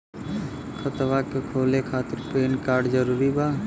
खतवा के खोले खातिर पेन कार्ड जरूरी बा?